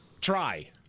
Try